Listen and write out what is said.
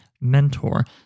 mentor